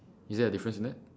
is there a difference in it